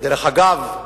דרך אגב,